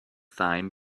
thyme